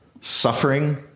Suffering